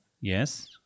Yes